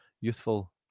youthful